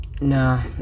Nah